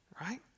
Right